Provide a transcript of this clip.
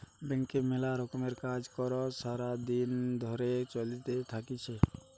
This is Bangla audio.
ব্যাংকে মেলা রকমের কাজ কর্ সারা দিন ধরে চলতে থাকতিছে